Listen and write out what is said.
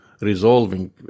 resolving